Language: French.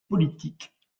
politique